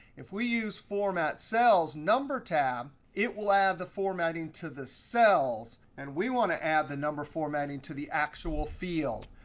if we use format cells number tab it will add the formatting to the cells. and we want to add the number formatting to the actual field.